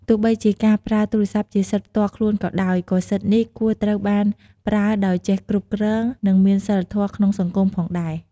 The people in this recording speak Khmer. ទោះបីជាការប្រើទូរស័ព្ទជាសិទ្ធិផ្ទាល់ខ្លួនក៏ដោយ ក៏សិទ្ធិនេះគួរត្រូវបានប្រើដោយចេះគ្រប់គ្រង និងមានសីលធម៌ក្នុងសង្គមផងដែរ។